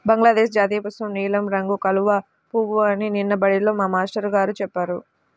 బంగ్లాదేశ్ జాతీయపుష్పం నీలం రంగు కలువ పువ్వు అని నిన్న బడిలో మా మేష్టారు గారు చెప్పారు